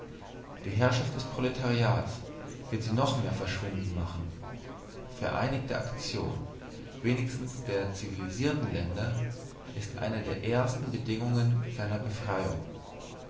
die herrschaft des proletariats wird sie noch mehr verschwinden machen vereinigte aktion wenigstens der zivilisierten länder ist eine der ersten bedingungen seiner befreiung